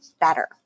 better